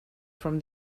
from